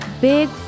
big